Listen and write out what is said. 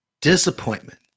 Disappointment